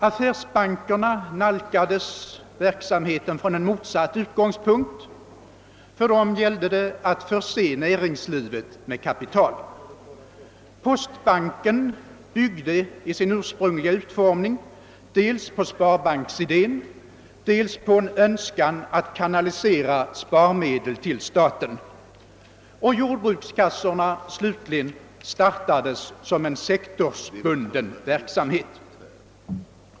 Affärsbankerna nalkades verksamheten från en motsatt utgångspunkt; för dem gällde det att förse näringslivet med kapital. Postbanken byggde i sin ursprungliga utformning dels på sparbanksidén, dels På en önskan att kanalisera sparmedel till staten. Jordbrukskassorna slutligen startades som en sektorsbunden verk Samhet.